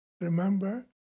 remember